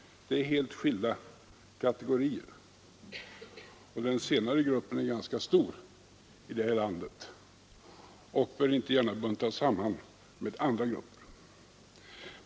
Det är helt skilda kategorier, och den senare gruppen är ganska stor här i landet och bör inte gärna buntas samman med andra grupper.